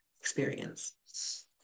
experience